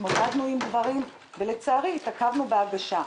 התמודדנו עם דברים ולכן התעכבנו בהגשה.